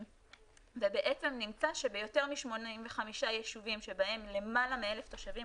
בעצם נמצא שביותר מ-85 ישובים שבהם למעלה מ-1,000 תושבים,